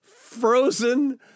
frozen